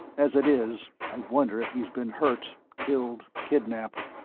as it is, i wonder if he's been hurt, killed, kidnaped.